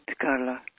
Carla